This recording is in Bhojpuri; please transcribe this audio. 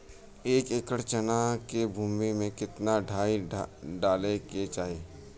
एक एकड़ चना के भूमि में कितना डाई डाले के चाही?